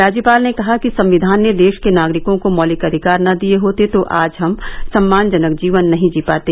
राज्यपाल ने कहा कि संविधान ने देश के नागरिकों को मौलिक अधिकार न दिए होते तो आज हम सम्मानजनक जीवन नहीं जी पाते